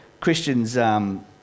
Christians